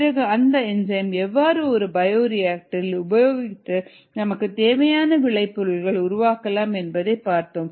பிறகு அந்த என்சைம் எவ்வாறு ஒரு பயோரியாக்டர் இல் உபயோகித்து நமக்குத் தேவையான விளைபொருள் உருவாக்கலாம் என்பதை பார்த்தோம்